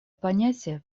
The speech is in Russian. понятие